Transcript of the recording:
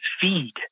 feed